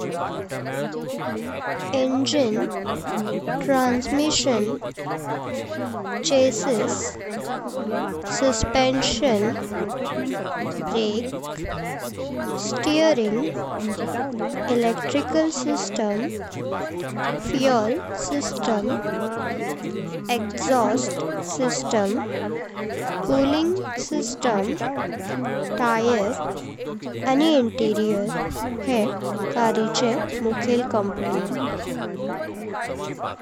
Engine, transmission, chassis, suspension, brake, steering, electrical system, fuel system, exhaust system, cooling system, tyres आणि interior हे कार'चे मुख्य components.